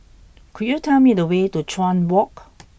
could you tell me the way to Chuan Walk